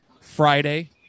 Friday